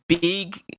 big